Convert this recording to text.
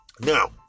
Now